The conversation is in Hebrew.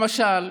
למשל,